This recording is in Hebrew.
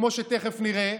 כמו שתכף נראה,